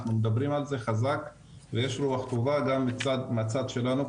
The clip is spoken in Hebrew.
אנחנו מדברים על זה חזק ויש רוח טובה גם מהצד שלנו,